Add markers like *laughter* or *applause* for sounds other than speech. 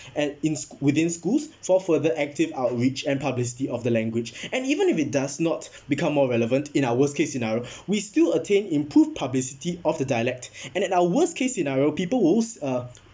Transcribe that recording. and in within schools for further active outreach and publicity of the language and even if it does not become more relevant in our worst case scenario *breath* we still attain improved publicity of the dialect and at our worst case scenario people who's uh